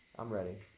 i'm ready.